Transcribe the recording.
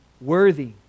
worthy